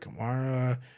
kamara